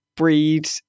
breed